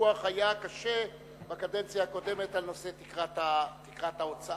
כשהוויכוח בקדנציה הקודמת על נושא תקרת ההוצאה